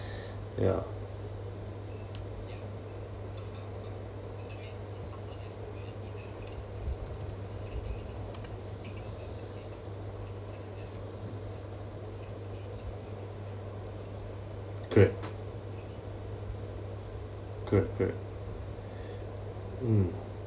ya correct correct correct mm